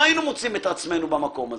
לא היינו מוצאים את עצמנו במקום הזה.